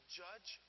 judge